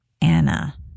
Anna